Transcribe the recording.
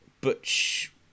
Butch